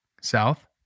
South